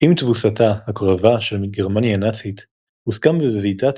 עם תבוסתה הקרבה של גרמניה הנאצית הוסכם בוועידת